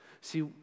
See